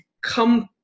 come